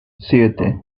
siete